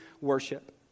worship